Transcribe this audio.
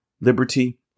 liberty